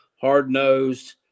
hard-nosed